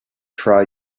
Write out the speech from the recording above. try